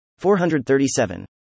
437